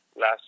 last